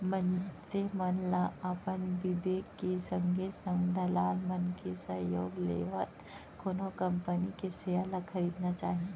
मनसे मन ल अपन बिबेक के संगे संग दलाल मन के सहयोग लेवत कोनो कंपनी के सेयर ल खरीदना चाही